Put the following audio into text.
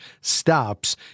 stops